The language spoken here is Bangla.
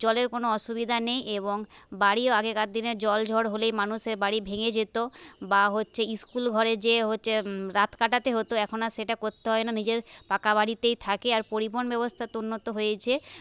জলের কোনো অসুবিধা নেই এবং বাড়িও আগেকার দিনে জল ঝড় হলে মানুষের বাড়ি ভেঙে যেত বা হচ্ছে স্কুল ঘরে যেয়ে হচ্ছে রাত কাটাতে হত এখন আর সেটা করতে হয় না নিজের পাকা বাড়িতেই থাকে আর পরিবহণ ব্যবস্থা তো উন্নত হয়েছেই